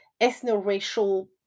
ethno-racial